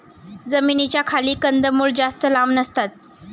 जमिनीच्या खाली कंदमुळं जास्त लांब नसतात